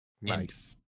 Nice